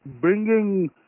bringing